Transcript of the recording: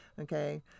Okay